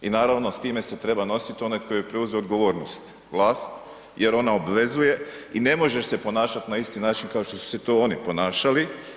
I naravno s time se treba nositi onaj koji je preuzeo odgovornost, vlast jer ona obvezuje i ne možeš se ponašati na isti način kao što su se to oni ponašali.